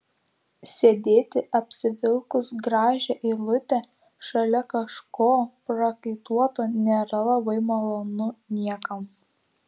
sėdėti apsivilkus gražią eilutę šalia kažko prakaituoto nėra labai malonu niekam